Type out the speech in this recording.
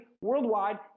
worldwide